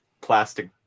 plastic